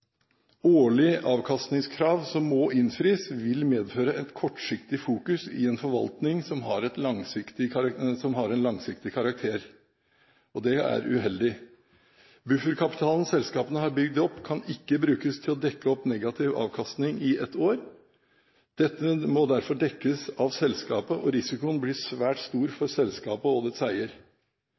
Årlig avkastningskrav som må innfris, vil medføre et kortsiktig fokus i en forvaltning som har en langsiktig karakter. Det er uheldig. Bufferkapitalen selskapene har bygd opp, kan ikke brukes til å dekke opp negativ avkastning i et år. Dette må derfor dekkes inn av selskapet, og risikoen blir svært stor for selskapet og dets eier.